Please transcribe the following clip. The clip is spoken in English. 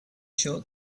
short